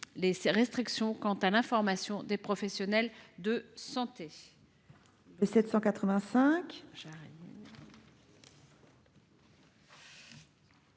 les restrictions quant à l’information des professionnels de santé.